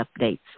updates